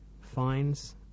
fines